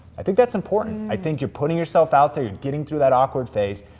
i think that's important. i think you're putting yourself out there, you're getting through that awkward phase,